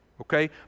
okay